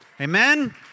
Amen